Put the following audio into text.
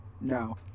No